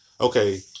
Okay